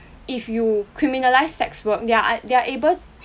if you criminalised sex work they're un~ they're able